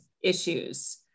issues